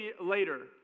later